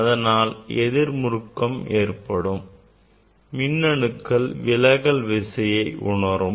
இதனால் எதிர் முடுக்கம் ஏற்படும் மின்னணுக்கள் விலக்கல் விசையை உணரும்